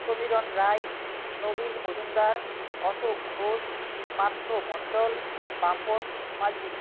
Samiran Roy Nabin Majumdar Ashok Ghosh Partha Mondal Bapan Majhi